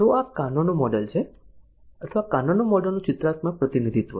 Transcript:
તો આ કાનોનું મોડેલ છે અથવા કાનોના મોડેલનું ચિત્રાત્મક પ્રતિનિધિત્વ છે